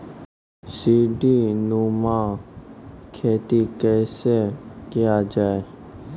सीडीनुमा खेती कैसे किया जाय?